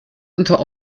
unter